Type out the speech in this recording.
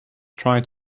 trying